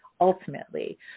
ultimately